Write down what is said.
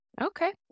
Okay